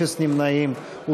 אפס נמנעים.